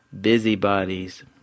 busybodies